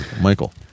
Michael